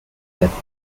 careful